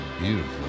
beautiful